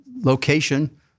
location